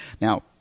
Now